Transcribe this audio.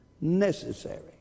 necessary